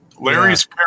Larry's